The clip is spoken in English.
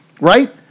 right